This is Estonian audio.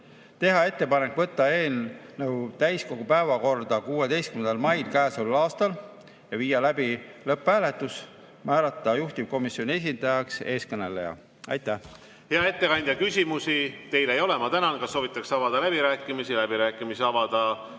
teha ettepanek võtta eelnõu täiskogu päevakorda 16. mail käesoleval aastal, viia läbi lõpphääletus ja määrata juhtivkomisjoni esindajaks eeskõneleja. Aitäh! Hea ettekandja, küsimusi teile ei ole. Ma tänan! Kas soovitakse avada läbirääkimisi? Läbirääkimisi avada